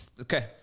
Okay